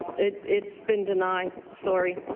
it's been denied. sorry.